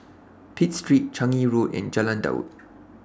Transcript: Pitt Street Changi Road and Jalan Daud